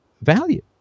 value